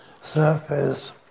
surface